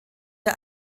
der